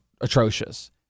atrocious